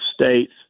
states